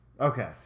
Okay